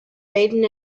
baden